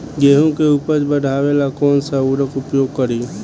गेहूँ के उपज बढ़ावेला कौन सा उर्वरक उपयोग करीं?